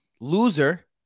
loser